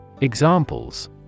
Examples